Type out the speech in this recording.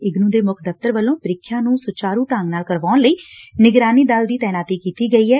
ਇਗਨੁ ਦੇ ਮੁੱਖ ਦਫ਼ਤਰ ਵੱਲੋ ਪ੍ਰੀਖਿਆ ਨੁੰ ਸੁਚਾਰੁ ਢੰਗ ਨਾਲ ਕਰਾਉਣ ਲਈ ਨਿਗਰਾਨੀ ਦਲ ਦੀ ਤਾਇਨਾਤੀ ਕੀਤੀ ਗਈ ਏ